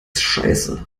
scheiße